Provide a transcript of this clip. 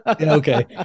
Okay